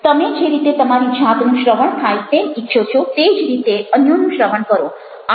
તમે જે રીતે તમારી જાતનું શ્રવણ થાય તેમ ઇચ્છો છો તે જ રીતે અન્યોનું શ્રવણ કરો